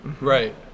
right